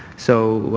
so